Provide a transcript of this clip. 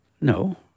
No